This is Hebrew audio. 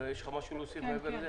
יש לך משהו להוסיף מעבר לזה?